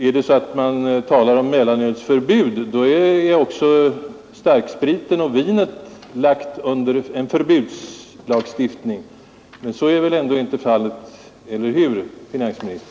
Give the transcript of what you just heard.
Är det så att man talar om mellanölsförbud i detta sammanhang, då är också starkspriten och vinet lagda under en förbudslagstiftning. Men så är väl ändå inte fallet — eller hur, finansministern?